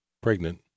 pregnant